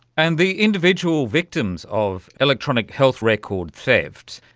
and the individual victims of electronic health record theft,